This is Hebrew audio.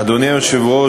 אדוני היושב-ראש,